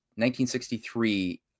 1963